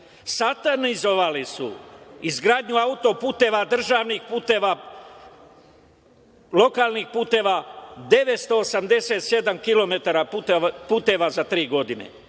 satanizovali su izgradnju auto-puteva, državnih puteva, lokalnih puteva, 987 kilometara puteva za tri godine,